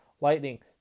Lightning